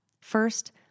First